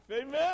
amen